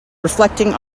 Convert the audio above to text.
reflecting